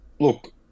Look